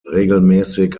regelmäßig